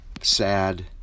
sad